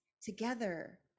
Together